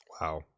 Wow